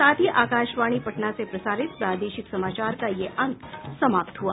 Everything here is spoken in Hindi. इसके साथ ही आकाशवाणी पटना से प्रसारित प्रादेशिक समाचार का ये अंक समाप्त हुआ